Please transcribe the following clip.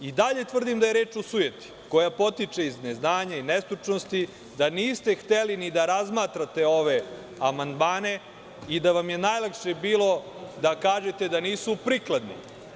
I dalje tvrdim da je reč o sujeti, koja potiče od neznanja i nestručnosti, da niste hteli ni da razmatrate ove amandmane i da vam je najlakše bilo da kažete da nisu prikladni.